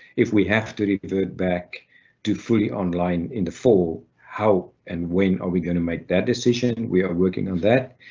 if we have to revert back to fully online in the fall, how and when are we gonna make that decision? we are working on that.